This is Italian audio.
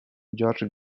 george